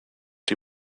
die